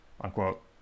Unquote